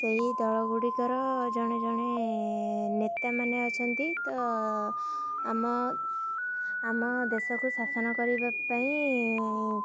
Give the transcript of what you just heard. ସେହି ଦଳଗୁଡ଼ିକର ଜଣେ ଜଣେ ନେତାମାନେ ଅଛନ୍ତି ତ ଆମ ଆମ ଦେଶକୁ ଶାସନ କରିବା ପାଇଁ